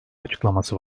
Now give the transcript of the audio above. açıklaması